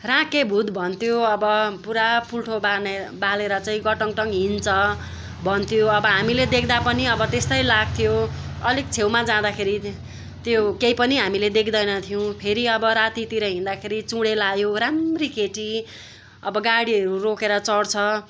राँकेभूत भन्थ्यो अब पुरा पुल्ठो बानेर बालेर चाहिँ गटङटङ हिँड्छ भन्थ्यो अब हामीले देख्दा पनि अब त्यस्तै लाग्थ्यो अलिक छेउमा जाँदाखेरि त्यो केही पनि हामीले देख्दैन थियौँ फेरि अब रातितिर हिँड्दखेरि चुडेल आयो राम्री केटी अब गाडीहरू रोकेर चढ्छ